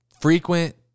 frequent